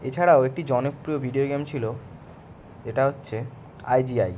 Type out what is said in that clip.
এছাড়াও একটি জনপ্রিয় ভিডিও গেম ছিল এটা হচ্ছে আইজিআই